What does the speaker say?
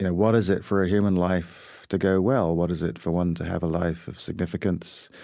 and what is it for a human life to go well? what is it for one to have a life of significance?